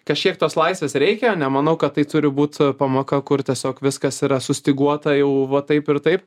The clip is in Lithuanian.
kažkiek tos laisvės reikia nemanau kad tai turi būt pamoka kur tiesiog viskas yra sustyguota jau va taip ir taip